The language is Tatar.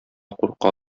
курка